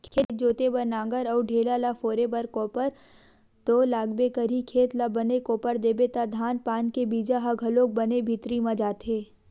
खेत जोते बर नांगर अउ ढ़ेला ल फोरे बर कोपर तो लागबे करही, खेत ल बने कोपर देबे त धान पान के बीजा ह घलोक बने भीतरी म जाथे